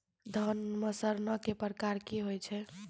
धान म सड़ना कै प्रकार के होय छै?